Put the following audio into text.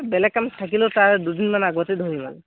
বেলেগ কাম থাকিলেও তাৰ দুদিনমান আগতে ধৰি